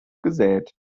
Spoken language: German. gesät